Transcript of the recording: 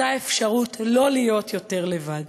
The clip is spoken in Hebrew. אותה אפשרות לא להיות יותר לבד.